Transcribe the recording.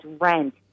rent